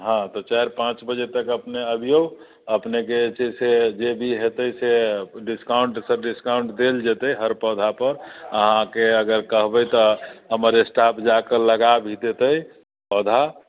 हाँ तऽ चारि पाँच बजे तक अपने अबियौ अपनेके जे छै से जे भी हेतै से डिस्काउन्टसँ डिस्काउन्ट देल जेतै हर पौधा पर आहाँके अगर कहबै तऽ हमर स्टाफ जाकऽ लगा भी देतै पौधा